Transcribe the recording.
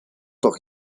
doch